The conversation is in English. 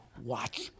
watch